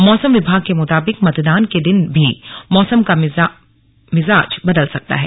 मौसम विभाग के मुताबिक मतदान के दिन भी मौसम का मिजाज बदल सकता है